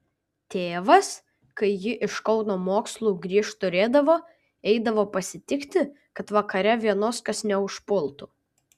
tėvas kai ji iš kauno mokslų grįžt turėdavo eidavo pasitikti kad vakare vienos kas neužpultų